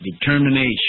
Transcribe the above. determination